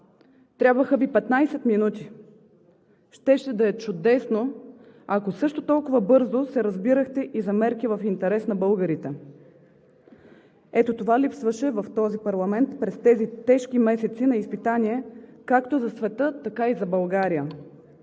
Трябваха Ви 15 минути. Щеше да е чудесно, ако също толкова бързо се разбирахте и за мерки в интерес на българите. Ето това липсваше в този парламент през тези тежки месеци на изпитание както за света, така и за България